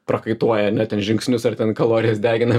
prakaituoja ane ten žingsnius ar ten kalorijas degina